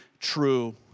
true